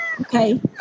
Okay